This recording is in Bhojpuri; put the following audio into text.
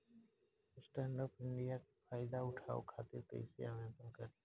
स्टैंडअप इंडिया के फाइदा उठाओ खातिर कईसे आवेदन करेम?